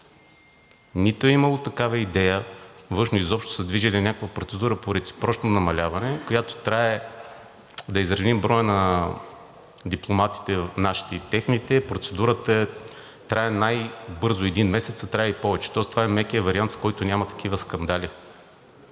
нито е имало такава идея. Външно изобщо са движели някаква процедура по реципрочно намаляване, с която да изравним броя на дипломатите – нашите и техните. Процедурата трае най-бързо един месец, а трае и повече, тоест това е мекият вариант, в който няма такива скандали.